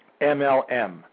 MLM